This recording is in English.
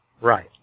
Right